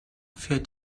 fährt